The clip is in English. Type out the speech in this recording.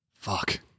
fuck